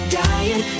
dying